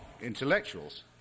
intellectuals